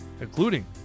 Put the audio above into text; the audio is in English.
including